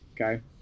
Okay